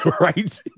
right